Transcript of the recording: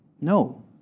No